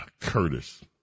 Curtis